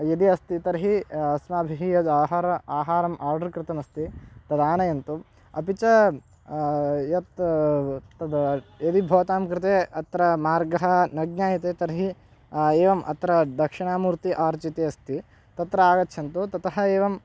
यदि अस्ति तर्हि अस्माभिः यत् आहारम् आहारम् आर्डर् कृतमस्ति तदानयन्तु अपि च यत् तत् यदि भवतां कृते अत्र मार्गः न ज्ञायते तर्हि एवम् अत्र दक्षिणामूर्ति आर्च् इति अस्ति तत्र आगच्छन्तु ततः एवं